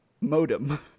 modem